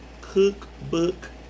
cookbook